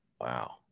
Wow